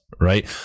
right